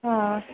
हा